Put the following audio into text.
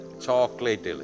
chocolate